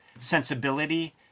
sensibility